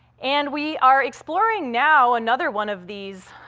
and we are exploring now another one of these